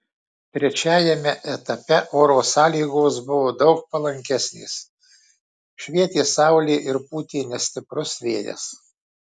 trečiajame etape oro sąlygos buvo daug palankesnės švietė saulė ir pūtė nestiprus vėjas